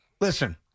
Listen